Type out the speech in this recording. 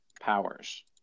powers